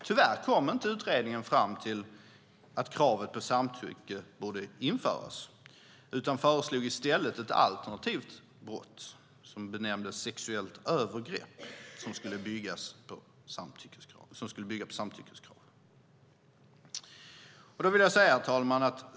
Tyvärr kom utredningen inte fram till att kravet på samtycke borde införas utan föreslog i stället ett alternativt brott som benämndes "sexuellt övergrepp" som skulle bygga på samtyckeskrav. Herr talman!